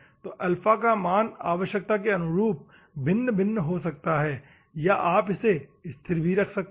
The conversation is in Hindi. तो अल्फा का मान आवश्यकता के अनुरूप भिन्न भिन्न हो सकता है या आप इसे स्थिर भी रख सकते हैं